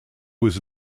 was